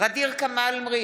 ע'דיר כמאל מריח,